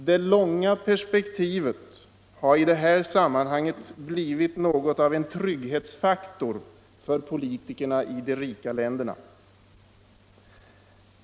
Det långa perspektivet har i det här sammanhanget blivit något av en trygghetsfaktor för politikerna i de rika länderna.